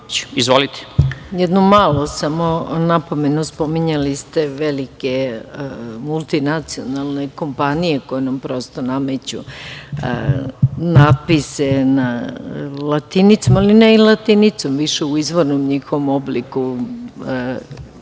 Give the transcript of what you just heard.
Jedno malu napomenu. Spominjali ste velike multinacionalne kompanije koje nam nameću natpise na latinici, ali ne i latinicom više u izvornom njihovom obliku.